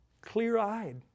clear-eyed